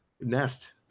Nest